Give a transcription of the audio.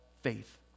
faith